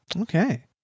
Okay